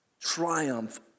triumph